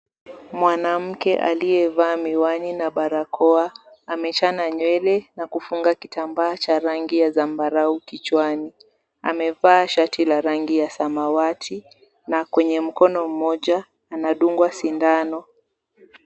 Mwanamke aliyevaa miwani na barakoa amechana nywele na kufunga kitambaa cha rangi ya zambarau kichwani. Amevaa shati la rangi ya samawati na kwenye mkono mmoja anadungwa sindano.